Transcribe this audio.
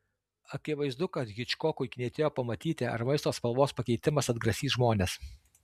akivaizdu kad hičkokui knietėjo pamatyti ar maisto spalvos pakeitimas atgrasys žmones